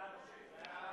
ההצעה